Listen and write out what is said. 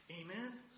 Amen